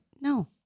No